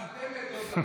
גם אתם, זה בסדר.